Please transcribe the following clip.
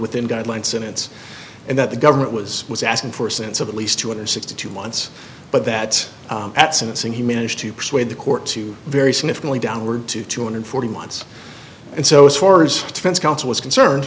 within a guideline sentence and that the government was was asking for a sense of at least two hundred sixty two months but that at sentencing he managed to persuade the court to vary significantly downward to two hundred forty months and so as far as defense counsel was concerned